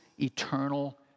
eternal